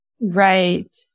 Right